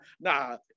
nah